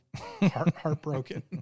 heartbroken